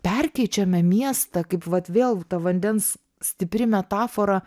perkeičiame miestą kaip vat vėl ta vandens stipri metafora